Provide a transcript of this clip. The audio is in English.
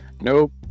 Nope